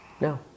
No